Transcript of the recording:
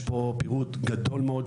צריך לומר שבדוח יש פירוט גדול מאוד,